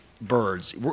birds